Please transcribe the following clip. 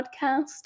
podcast